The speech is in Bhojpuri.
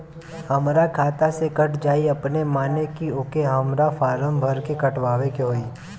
हमरा खाता से कट जायी अपने माने की आके हमरा फारम भर के कटवाए के होई?